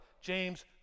James